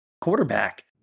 quarterback